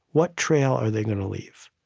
what trail are they going to leave?